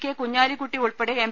K Kunhalikutty ഉൾപ്പെടെ M